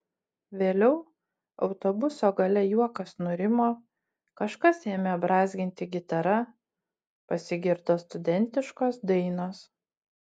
vėliau autobuso gale juokas nurimo kažkas ėmė brązginti gitara pasigirdo studentiškos dainos